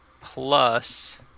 plus